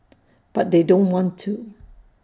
but they don't want to